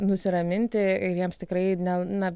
nusiraminti ir jiems tikrai ne na